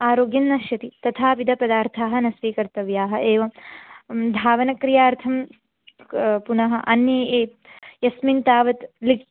आरोग्यन्नश्यति तथाविधपदार्थाः न स्वीकर्तव्याः एवं धावनक्रियार्थं पुनः अन्ये ये यस्मिन् तावत् लिक्